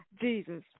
Jesus